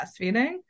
breastfeeding